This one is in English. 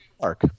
park